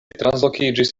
translokiĝis